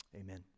Amen